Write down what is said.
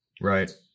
right